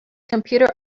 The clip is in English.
computer